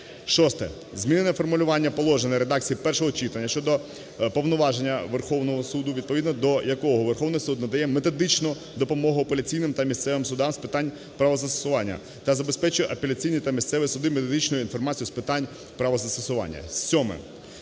Шосте. Змінене формулювання положення редакції першого читання щодо повноваження Верховного Суду, відповідного до якого Верховний Суд надає методичну допомогу апеляційним та місцевим судам з питань правозастосування та забезпечує апеляційні та місцеві суди методичною інформацією з питань правозастосування.